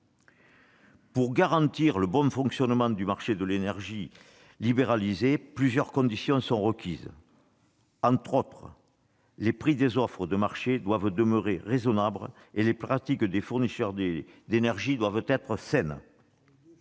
Pour garantir le bon fonctionnement du marché de l'énergie libéralisée, plusieurs conditions sont requises : entre autres, les prix des offres de marché doivent demeurer raisonnables et les pratiques des fournisseurs d'énergie doivent être saines.